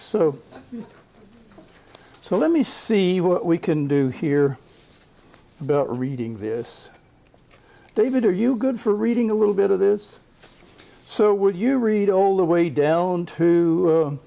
so so let me see what we can do here reading this david are you good for reading a little bit of this so would you read all the way down to